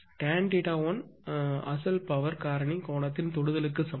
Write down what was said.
Don θ1 அசல் power காரணி கோணத்தின் தொடுதல் க்கு சமம்